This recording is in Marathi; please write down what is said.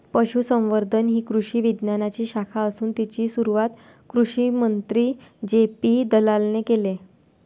पशुसंवर्धन ही कृषी विज्ञानाची शाखा असून तिची सुरुवात कृषिमंत्री जे.पी दलालाने केले